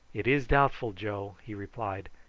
it is doubtful, joe, he replied,